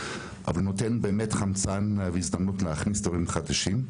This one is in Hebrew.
אבל נותן באמת חמצן והזדמנות להכניס דברים חדשים.